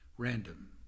Random